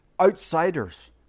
outsiders